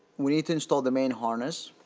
we need to install the main harness